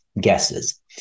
guesses